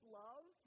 love